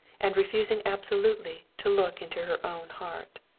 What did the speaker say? and refusing absolutely to look into her own heart.